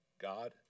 God